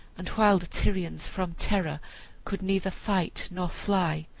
and while the tyrians from terror could neither fight nor fly,